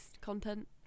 content